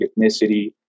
ethnicity